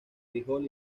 frijol